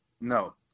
No